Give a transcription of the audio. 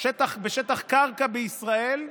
בשטח קרקע בישראל שכונה.